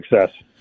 success